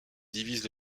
divisent